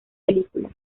película